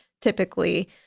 typically